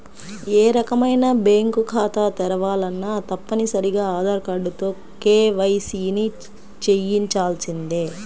ఏ రకమైన బ్యేంకు ఖాతా తెరవాలన్నా తప్పనిసరిగా ఆధార్ కార్డుతో కేవైసీని చెయ్యించాల్సిందే